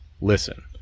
listen